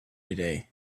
today